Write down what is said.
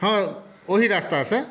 हँ ओही रस्तासँ